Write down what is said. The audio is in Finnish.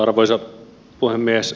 arvoisa puhemies